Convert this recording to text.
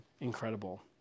incredible